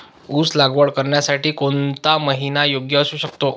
ऊस लागवड करण्यासाठी कोणता महिना योग्य असू शकतो?